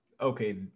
Okay